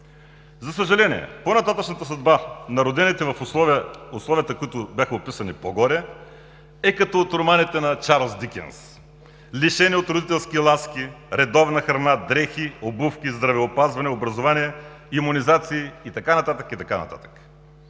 За съжаление, по-нататъшната съдба на родените в условията, които бяха описани по-горе, е като от романите на Чарлз Дикенс – лишени от родителски ласки, редовна храна, дрехи, обувки, здравеопазване, образование, имунизации и така нататък. Невинните